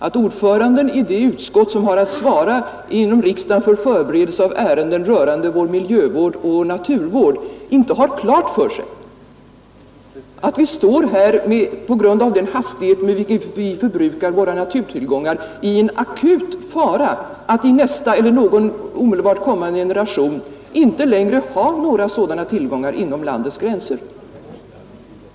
Att ordföranden i det utskott som inom riksdagen har att svara för beredningen av ärenden rörande vår miljövård och naturvård inte har klart för sig, att vi på grund av den hastighet med vilken vi förbrukar våra naturtillgångar befinner oss i en akut fara att i nästa eller någon därefter omedelbart kommande generation inte längre ha några sådana här tillgångar inom landets gränser, är mycket märkligt.